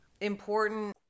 important